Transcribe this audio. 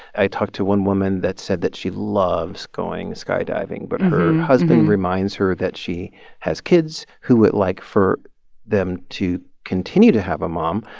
i talked to one woman that said that she loves going skydiving, but her husband reminds her that she has kids who would like for them to continue to have a mom.